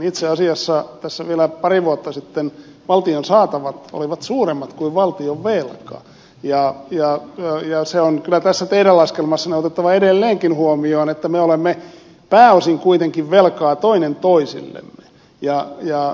itse asiassa tässä vielä pari vuotta sitten valtion saatavat olivat suuremmat kuin valtionvelka ja se on kyllä tässä teidän laskelmassanne otettava edelleenkin huomioon että me olemme pääosin kuitenkin velkaa toinen toisillemme